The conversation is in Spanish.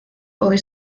hoy